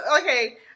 okay